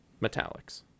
metallics